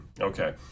okay